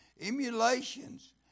Emulations